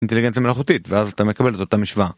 אינטליגנציה מלאכותית, ואז אתה מקבל את אותה משוואה.